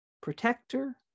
protector